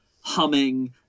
humming